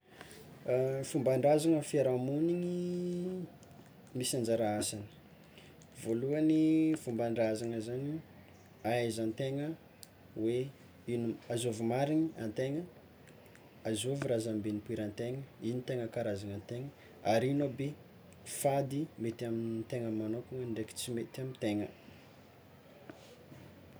Fomban-drazana amy fiarahamoniny misy anjara asany, voalohany fomban-drazana zany ahaizantegna hoe azôvy mariny antegna, azôvy razambe nipoirantegna, ino tegna karazagnantegna ary ino aby fady mety amintegna magnokana ndraiky tsy mety amintegna.